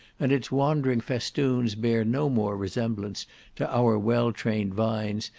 and its wandering festoons bear no more resemblance to our well-trained vines,